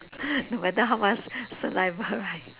no matter how much saliva right